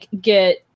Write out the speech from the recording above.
get